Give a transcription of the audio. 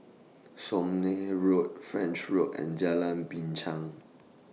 Somme Road French Road and Jalan Binchang